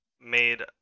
made